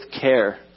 care